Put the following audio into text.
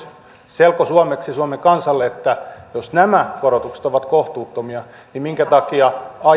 selkosuomeksi suomen kansalle että jos nämä korotukset ovat kohtuuttomia niin minkä takia